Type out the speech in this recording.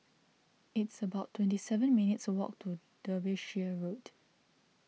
it's about twenty seven minutes' walk to Derbyshire Road